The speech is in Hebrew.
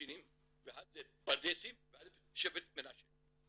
קוצ'ינים ואחד זה פרדסים ואחד זה שבט מנשה,